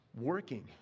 working